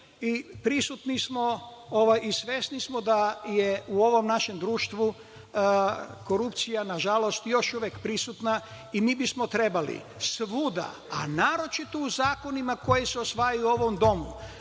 prisutni smo i svesni smo da je u ovom našem društvu korupcija još uvek prisutna i mi bismo trebali svuda, a naročito u zakonima koji se usvajaju u ovom domu,